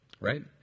right